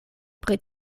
pri